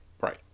right